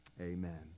Amen